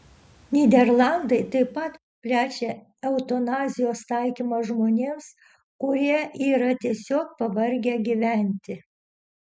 nyderlandai taip pat plečia eutanazijos taikymą žmonėms kurie yra tiesiog pavargę gyventi